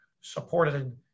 supported